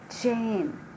Jane